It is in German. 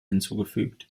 hinzugefügt